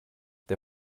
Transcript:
der